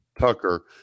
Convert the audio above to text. Tucker